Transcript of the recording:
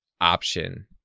option